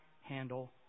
handle